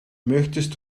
möchtest